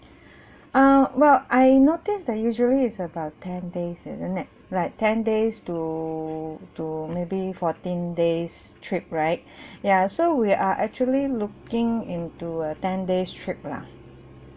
uh well I notice that usually it's about ten days isn't it like ten days to to maybe fourteen days trip right ya so we are actually looking into a ten days trip lah